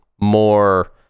more